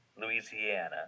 Louisiana